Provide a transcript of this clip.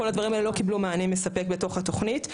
כל הדברים האלה לא קיבלו מענה מספק בתוך התוכנית,